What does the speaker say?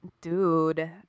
Dude